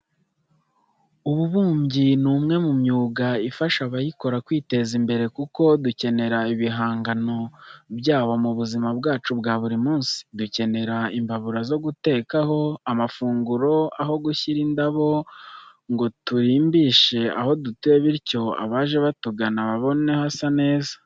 Ububumbyi ni umwe mu myuga ifasha abayikora kwiteza imbere kuko dukenera ibihangano byabo mu buzima bwacu bwa buri munsi. Dukenera imbabura zo gutekaho amafunguro, aho gushyira indabo ngo turimbishe aho dutuye bityo abaje batugana babone hasa neza.